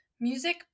Music